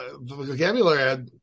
vocabulary